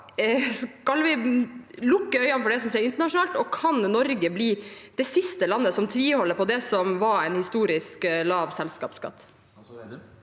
Skal vi lukke øynene for det som skjer internasjonalt, og kan Norge bli det siste landet som tviholder på det som var en historisk lav selskapsskatt?